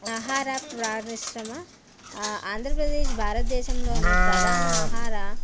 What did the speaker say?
ఆహార పరిశ్రమ భారతదేశంలోని ప్రధాన ఆహార